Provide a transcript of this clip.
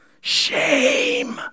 shame